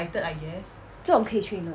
这种可以 train 的